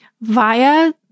via